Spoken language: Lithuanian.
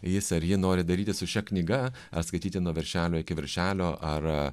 jis ar ji nori daryti su šia knyga ar skaityti nuo viršelio iki viršelio ar